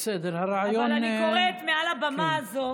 אני קוראת מעל הבמה הזאת